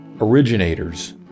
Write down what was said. originators